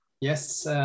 Yes